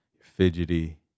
fidgety